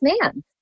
man